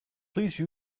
please